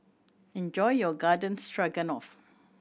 enjoy your Garden Stroganoff